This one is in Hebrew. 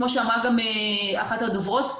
כמו שאמרה אחת הדוברות,